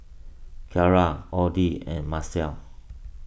Kiarra Oddie and Maceo